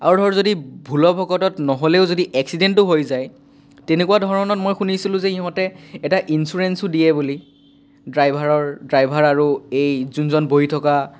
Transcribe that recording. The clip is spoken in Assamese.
আৰু ধৰ যদি ভুলবশতঃ নহ'লেও যদি এক্সিডেণ্টো হৈ যায় তেনেকুৱা ধৰণত মই শুনিছিলোঁ যে ইহঁতে এটা ইঞ্চুৰেঞ্চো দিয়ে বুলি ড্ৰাইভাৰৰ ড্ৰাইভাৰ আৰু এই যোনজন বহি থকা